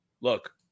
Look